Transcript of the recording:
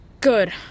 Good